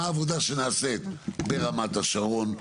מה העבודה שנעשית ברמת השרון,